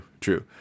true